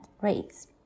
rates